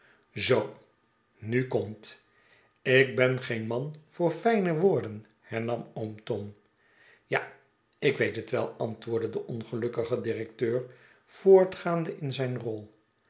zoo nu komt kben geen man voor fijne woorden hernam oom tom ja ik weet net wel antwoordde de ongelukkige directeur voortgaande in zijn rol